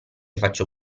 faccio